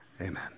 Amen